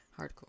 Hardcore